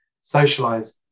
socialize